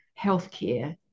healthcare